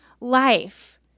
life